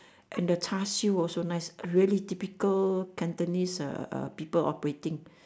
and the char-siew also nice really typical cantonese uh uh people operating